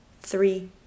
three